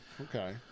Okay